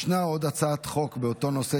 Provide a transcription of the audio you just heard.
יש עוד הצעת חוק באותו נושא,